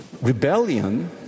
rebellion